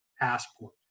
Passport